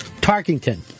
Tarkington